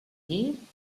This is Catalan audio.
llit